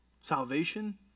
salvation